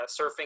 surfing